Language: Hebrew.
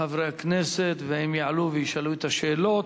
חברי הכנסת, והם יעלו וישאלו את השאלות.